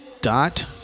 Dot